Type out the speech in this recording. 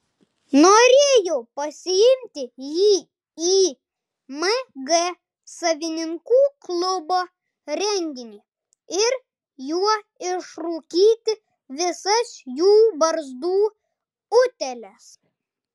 norėjau pasiimti jį į mg savininkų klubo renginį ir juo išrūkyti visas jų barzdų utėles